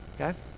Okay